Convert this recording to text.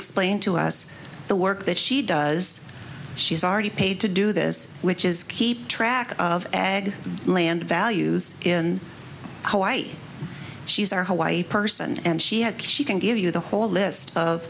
explain to us the work that she does she's already paid to do this which is keep track of egg land values in hawaii she's our hawaii person and she had she can give you the whole list of